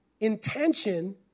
intention